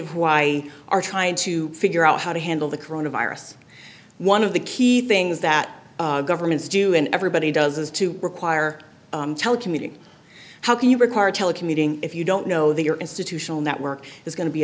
y why are trying to figure out how to handle the coronavirus one of the key things that governments do and everybody does is to require telecommuting how can you require telecommuting if you don't know that your institutional network is going to be